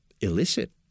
illicit